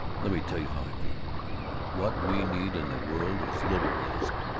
let me tell you how i figure it what we need in the world is liberalism,